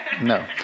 No